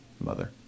mother